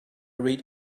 read